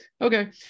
Okay